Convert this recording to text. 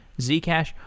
Zcash